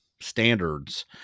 standards